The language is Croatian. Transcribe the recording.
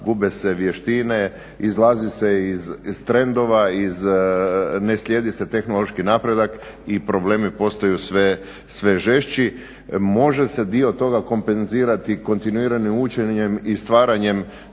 gube se vještine, izlazi se iz trendova, ne slijedi se tehnološki napredak i problemi postaju sve žešći. Može se dio toga kompenzirati kontinuiranim učenjem i stvaranjem